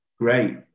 Great